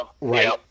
Right